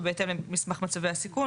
ובהתאם למסמך מצבי סיכון".